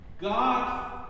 God